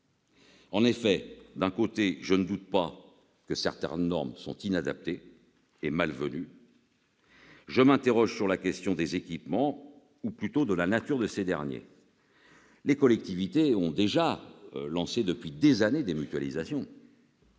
En effet, si je ne doute pas que certaines normes sont inadaptées et malvenues, je m'interroge sur la question des équipements, ou plutôt la nature de ces derniers. Nos collègues le savent, les collectivités ont déjà lancé depuis plusieurs années des mutualisations